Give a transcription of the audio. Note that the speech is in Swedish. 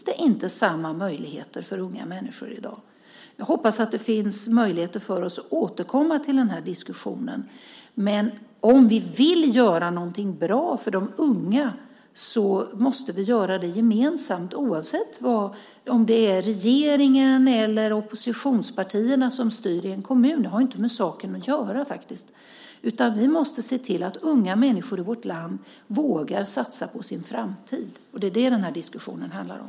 Det är grunden för Gunilla Carlssons interpellation. Jag hoppas att det finns möjlighet för oss att återkomma till diskussionen. Om vi vill göra något bra för de unga måste vi göra det gemensamt, oavsett om det är regeringspartierna eller oppositionspartierna som styr i en kommun. Det har inte med saken att göra. Vi måste se till att unga människor i vårt land vågar satsa på sin framtid. Det är det den här diskussionen handlar om.